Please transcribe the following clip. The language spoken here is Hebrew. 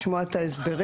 צריך לשמוע את ההסברים.